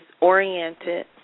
oriented